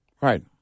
Right